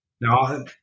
Now